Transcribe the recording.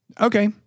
Okay